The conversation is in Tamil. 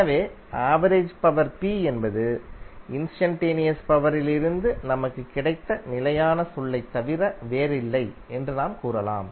எனவே ஆவரேஜ் பவர் P என்பது இன்ஸ்டன்டேனியஸ் பவரிலிருந்து நமக்கு கிடைத்த நிலையான சொல்லைத் தவிர வேறில்லை என்று நாம் கூறலாம்